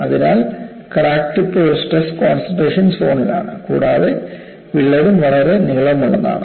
അതിനാൽ crack tip ഒരു stress concentration സോണിലാണ് കൂടാതെ വിള്ളലും വളരെ നീളമുള്ളതാണ്